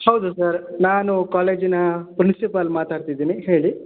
ಹೌದು ಸರ್ ನಾನು ಕಾಲೇಜಿನ ಪ್ರಿನ್ಸಿಪಾಲ್ ಮಾತಾಡ್ತಿದ್ದೀನಿ ಹೇಳಿ